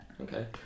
Okay